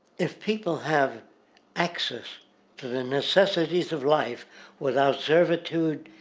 if people have access to the necessities of life without survitude,